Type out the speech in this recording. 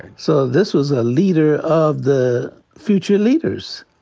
so this was a leader of the future leaders.